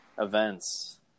events